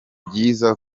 byiza